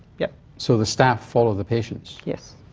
yeah so the staff follow the patients? yes.